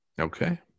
okay